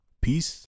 peace